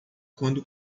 quando